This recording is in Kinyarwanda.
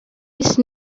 miss